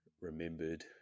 remembered